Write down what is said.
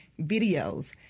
videos